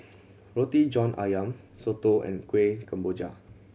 Roti John Ayam soto and Kueh Kemboja